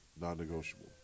non-negotiable